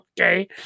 Okay